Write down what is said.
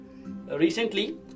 Recently